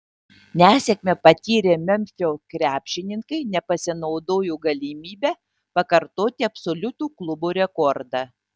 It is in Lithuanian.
nesėkmę patyrę memfio krepšininkai nepasinaudojo galimybe pakartoti absoliutų klubo rekordą